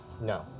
No